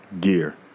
gear